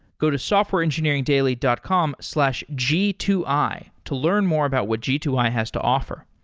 go to softwareengineeringdaily dot com slash g two i to learn more about what g two i has to offer.